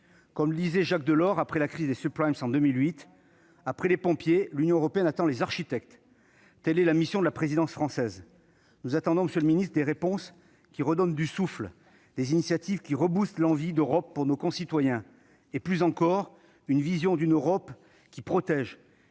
Comme le disait Jacques Delors après la crise des de 2008, « après les pompiers, l'Union européenne attend les architectes ». Telle sera la mission de la présidence française. Nous attendons donc, monsieur le secrétaire d'État, des réponses qui redonnent du souffle et des initiatives qui « reboostent » l'envie d'Europe de nos concitoyens ; plus encore, nous attendons la vision d'une Europe qui protège